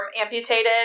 amputated